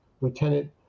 Lieutenant